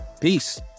Peace